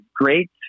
great